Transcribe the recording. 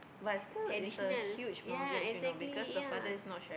additional ya exactly ya